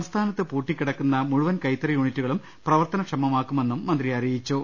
സംസ്ഥാനത്ത് പൂട്ടിക്കിടക്കുന്ന മുഴുവൻ കൈത്തറി യൂണിറ്റുകളും പ്രവർത്തനക്ഷമമാക്കുമെന്നും മന്ത്രി പറഞ്ഞു